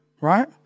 right